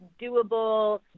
doable